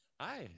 Hi